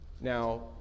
Now